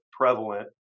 prevalent